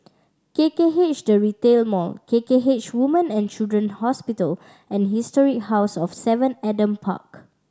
K K H The Retail Mall K K H Women and Children Hospital and History House of Seven Adam Park